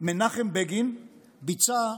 מנחם בגין ביצע,